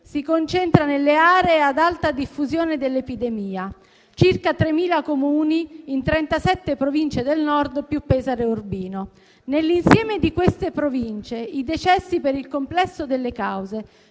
si concentra nelle aree ad alta diffusione dell'epidemia, circa 3.000 Comuni in 37 Province del Nord più Pesaro e Urbino. Nell'insieme di queste Provincie i decessi per il complesso delle cause